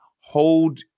hold